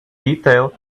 detail